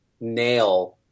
nail